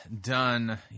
done